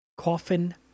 Coffin